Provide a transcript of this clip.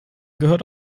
gehört